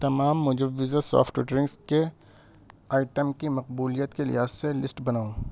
تمام مجودہ soft drinks کے آئٹم کی مقبولیت کے لحاظ سے لسٹ بناؤ